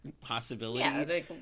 possibility